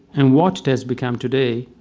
and what it has become today,